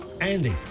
Andy